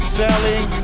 selling